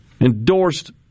endorsed